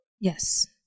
Yes